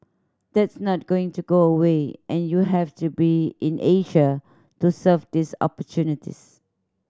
that's not going to go away and you have to be in Asia to serve these opportunities